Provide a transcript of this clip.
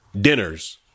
dinners